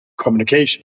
communication